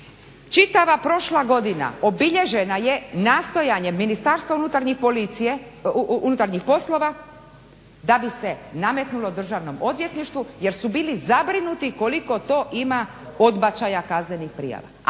Čitava prošla godina obilježena je nastojanjem MUP da bi se nametnulo državnom odvjetništvu jer su bili zabrinuti koliko to ima odbačaja kaznenih prijava.